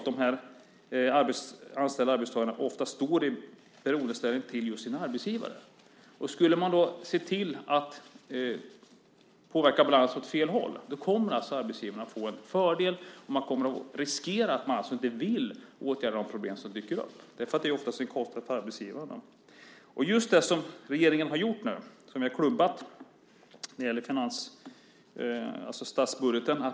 De anställda arbetstagarna står ofta i beroendeställning till sin arbetsgivare. Skulle man då se till att påverka balansen åt fel håll kommer arbetsgivaren att få en fördel. Och man kommer att riskera att de inte vill åtgärda de problem som dyker upp. Det är ju oftast en kostnad för arbetsgivarna. Jag tänker på just det som regeringen nu har gjort, som är klubbat, när det gäller statsbudgeten.